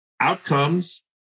outcomes